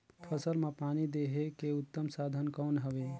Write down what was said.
फसल मां पानी देहे के उत्तम साधन कौन हवे?